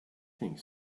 think